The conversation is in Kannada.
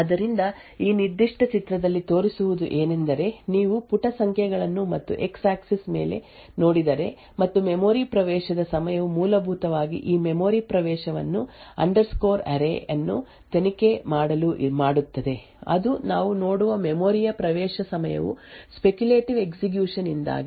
ಆದ್ದರಿಂದ ಈ ನಿರ್ದಿಷ್ಟ ಚಿತ್ರದಲ್ಲಿ ತೋರಿಸಿರುವುದು ಏನೆಂದರೆ ನೀವು ಪುಟ ಸಂಖ್ಯೆಗಳನ್ನು ಮತ್ತು ಎಕ್ಸ್ ಆಕ್ಸಿಸ್ ಮೇಲೆ ನೋಡಿದರೆ ಮತ್ತು ಮೆಮೊರಿ ಪ್ರವೇಶದ ಸಮಯವು ಮೂಲಭೂತವಾಗಿ ಈ ಮೆಮೊರಿ ಪ್ರವೇಶವನ್ನು ಅಂಡರ್ಸ್ಕೋರ್ ಅರೇ ಯನ್ನು ತನಿಖೆ ಮಾಡಲು ಮಾಡುತ್ತದೆ ಅದು ನಾವು ನೋಡುವ ಮೆಮೊರಿ ಯ ಪ್ರವೇಶ ಸಮಯವು ಸ್ಪೆಕ್ಯುಲೇಟಿವ್ ಎಸ್ಎಕ್ಯುಷನ್ ಯಿಂದಾಗಿ